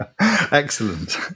Excellent